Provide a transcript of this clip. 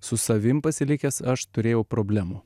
su savim pasilikęs aš turėjau problemų